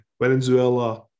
Venezuela